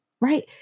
right